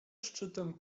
szczytem